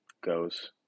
goes